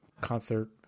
concert